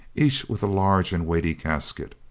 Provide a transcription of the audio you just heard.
each with a large and weighty casket.